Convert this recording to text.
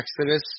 Exodus